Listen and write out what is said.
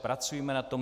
Pracujme na tom.